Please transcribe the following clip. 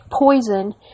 poison